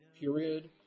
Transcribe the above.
period